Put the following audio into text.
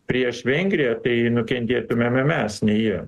prieš vengriją tai kentėtumėme mes ne jie